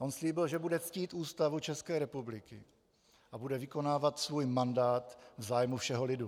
On slíbil, že bude ctít Ústavu České republiky a bude vykonávat svůj mandát v zájmu všeho lidu.